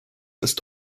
ist